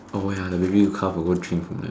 oh ya the baby calf will go and drink from that